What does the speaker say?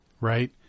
right